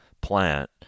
plant